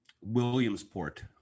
Williamsport